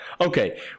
Okay